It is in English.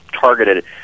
targeted